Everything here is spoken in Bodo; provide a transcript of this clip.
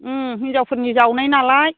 हिन्जावफोरनि जावनाय नालाय